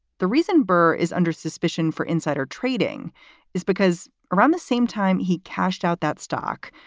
the reason burr is under suspicion for insider trading is because around the same time he cashed out that stock,